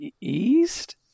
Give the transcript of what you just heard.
East